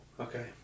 Okay